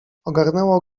ogarnęło